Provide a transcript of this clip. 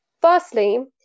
Firstly